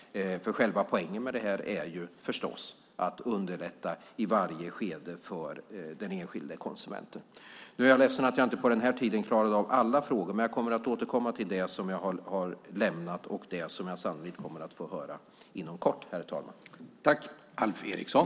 Själva poängen med det här är förstås att i varje skede underlätta för den enskilde konsumenten. Jag är ledsen att jag på den här tiden inte klarade av alla frågor, men jag kommer att återkomma till det som jag har lämnat och det som jag sannolikt kommer att få höra inom kort, herr talman.